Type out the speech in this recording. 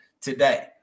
today